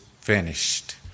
finished